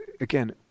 again